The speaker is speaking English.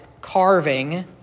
carving